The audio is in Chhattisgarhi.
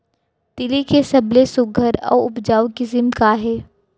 तिलि के सबले सुघ्घर अऊ उपजाऊ किसिम का हे?